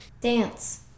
dance